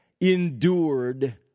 endured